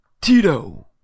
Tito